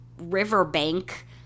riverbank